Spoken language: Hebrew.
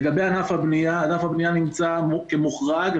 לגבי ענף הבנייה הוא מוכרז כמוחרג,